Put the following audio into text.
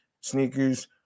sneakers